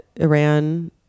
Iran